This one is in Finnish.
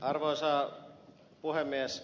arvoisa puhemies